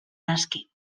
naski